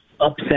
Upset